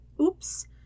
Oops